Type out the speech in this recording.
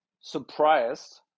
surprised